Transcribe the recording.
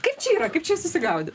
kaip čia yra kaip čia susigaudyt